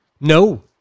No